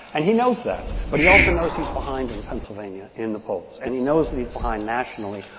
and he knows that. but he also knows he's behind in pennsylvania in the polls, and he knows that he's behind nationally,